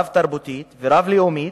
רב-תרבותית ורב-לאומית,